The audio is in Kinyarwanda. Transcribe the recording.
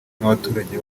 nk’abaturage